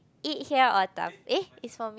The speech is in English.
eat here or da eh it's for me